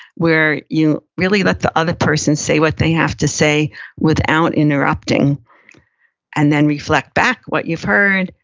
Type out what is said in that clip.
where you really let the other person say what they have to say without interrupting and then reflect back what you've heard.